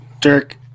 Dirk